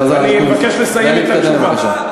אני מבקש לסיים את התשובה.